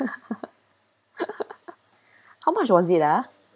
how much was it ah